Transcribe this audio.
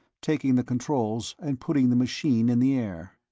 taking the controls and putting the machine in the air.